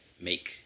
make